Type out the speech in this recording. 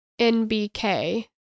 NBK